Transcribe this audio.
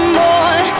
more